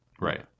right